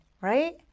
Right